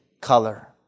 color